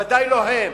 ודאי לא הם.